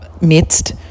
midst